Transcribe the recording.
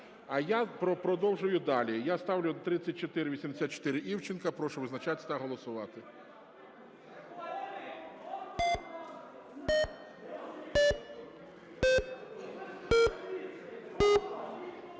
А я продовжую далі. Я ставлю 3484 Івченка. Прошу визначатися та голосувати.